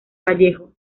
vallejo